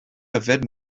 yfed